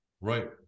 Right